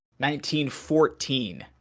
1914